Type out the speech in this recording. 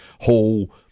whole